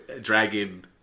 Dragon